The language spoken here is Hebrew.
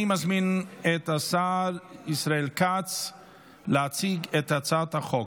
אני מזמין את השר ישראל כץ להציג את הצעת החוק,